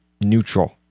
neutral